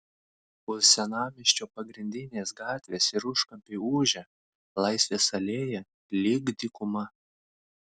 kol senamiesčio pagrindinės gatvės ir užkampiai ūžia laisvės alėja lyg dykuma